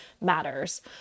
matters